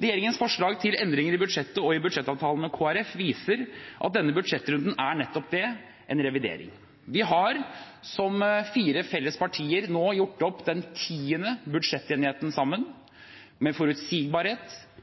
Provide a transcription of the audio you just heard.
Regjeringens forslag til endringer i budsjettet og i budsjettavtalen med Kristelig Folkeparti viser at denne budsjettrunden er nettopp det – en revidering. Vi har nå, som fire felles partier, gjort opp den tiende budsjettenigheten sammen, med forutsigbarhet,